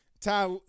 Ty